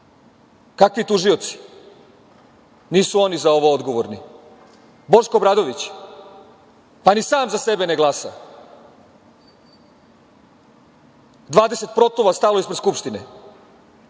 tužioci? Nisu oni za ovo odgovorni. Boško Obradović, pa ni sam za sebe ne glasa. Dvadeset protova je stalo ispred Skupštine,